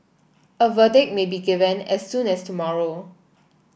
a verdict may be given as soon as tomorrow